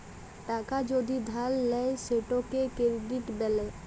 টাকা যদি ধার লেয় সেটকে কেরডিট ব্যলে